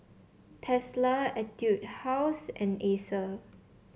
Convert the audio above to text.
Tesla Etude House and Acer